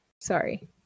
Sorry